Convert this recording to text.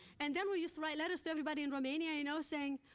and then, we used to write letters to everybody in romania, you know, saying,